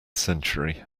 century